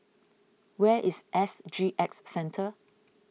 where is S G X Centre